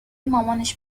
مامانش